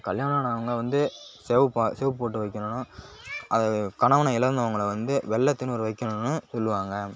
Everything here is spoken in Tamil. கல்யாணம் ஆனவங்கள் வந்து சிவப்பா சிவப்பு பொட்டு வைக்கணும் அது கணவனை இழந்தவங்கள வந்து வெள்ளை தின்னூர் வைக்கணுன்னு சொல்லுவாங்க